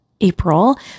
April